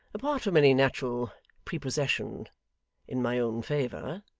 apart from any natural prepossession in my own favour,